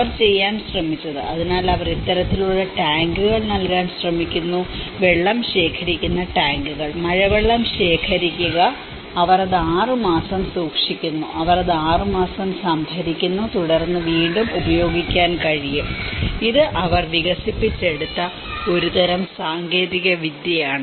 അവർ ചെയ്യാൻ ശ്രമിച്ചത് അതിനാൽ അവർ ഇത്തരത്തിലുള്ള ടാങ്കുകൾ നൽകാൻ ശ്രമിക്കുന്നു വെള്ളം ശേഖരിക്കുന്ന ടാങ്കുകൾ മഴവെള്ളം ശേഖരിക്കുക അവർ അത് 6 മാസം സൂക്ഷിക്കുന്നു അവർ അത് 6 മാസം സംഭരിക്കുന്നു തുടർന്ന് വീണ്ടും ഉപയോഗിക്കാൻ കഴിയും ഇത് അവർ വികസിപ്പിച്ചെടുത്ത ഒരുതരം സാങ്കേതികവിദ്യയാണ്